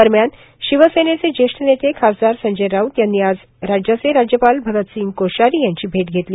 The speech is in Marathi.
दरम्यान शिवसेनेचे ज्येष्ठ नेते खासदार संजय राऊत यांनी आज महाराष्ट्राचे राज्यपाल भगतसिंग कोश्यारी यांची भेट घेतली